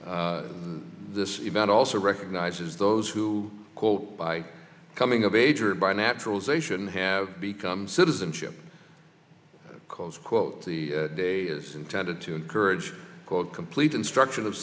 this event also recognizes those who quote by coming of age or by naturalization have become citizenship because quote the day is intended to encourage quote complete